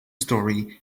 story